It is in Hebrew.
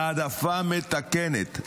העדפה מתקנת,